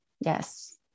Yes